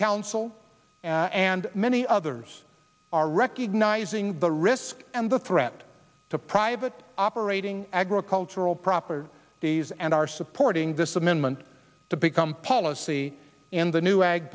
council and many others are recognizing the risks and the threat to private operating agricultural proper days and are supporting this amendment to become policy in the new